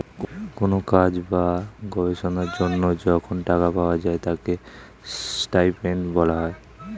কোন কাজ বা গবেষণার জন্য যখন টাকা পাওয়া যায় তাকে স্টাইপেন্ড বলা হয়